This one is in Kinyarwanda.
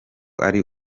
ari